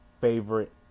favorite